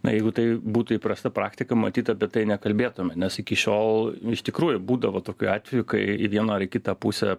na jeigu tai būtų įprasta praktika matyt apie tai nekalbėtume nes iki šiol iš tikrųjų būdavo tokių atvejų kai į vieną ar į kitą pusę